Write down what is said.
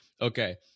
okay